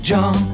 John